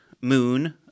Moon